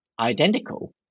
identical